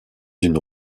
d’une